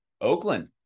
Oakland